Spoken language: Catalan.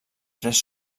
tres